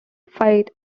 fight